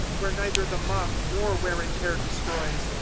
where neither the moth nor wear-and-tear destroys,